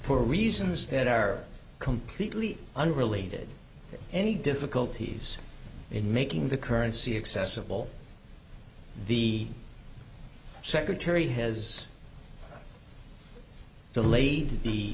for reasons that are completely unrelated to any difficulties in making the currency accessible the secretary has delayed the